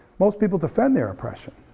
most people defend their oppression.